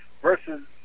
versus